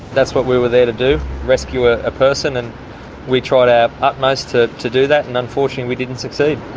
that's what we were there to do rescue ah a person and we tried our utmost to to do that and unfortunately we didn't succeed.